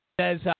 says